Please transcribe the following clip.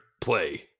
play